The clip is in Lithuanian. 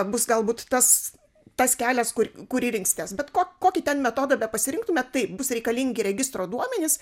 bus galbūt tas tas kelias kur kurį rinksitės bet ko kokį ten metodą bepasirinktumėt taip bus reikalingi registro duomenys